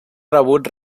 rebut